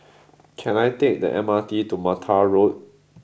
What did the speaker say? can I take the M R T to Mattar Road